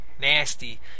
Nasty